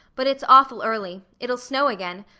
but it's awful early. it'll snow again.